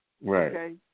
Right